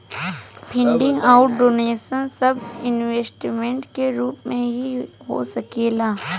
funding अउर donation सब investment के रूप में हो सकेला